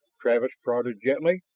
travis probed gently.